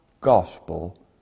gospel